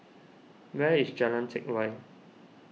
where is Jalan Teck Whye